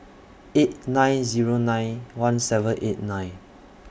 eight nine Zero nine one seven eight nine